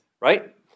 Right